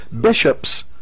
Bishops